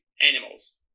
animals